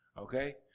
Okay